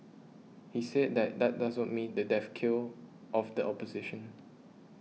he said that that does not mean the death kill of the opposition